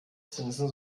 zinsen